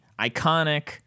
iconic